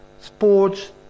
sports